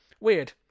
weird